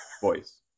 voice